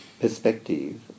perspective